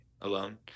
alone